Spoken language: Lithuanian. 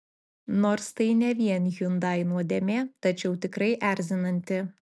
nors tai ne vien hyundai nuodėmė tačiau tikrai erzinanti